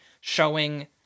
showing